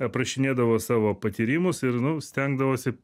aprašinėdavo savo patyrimus ir nu stengdavosi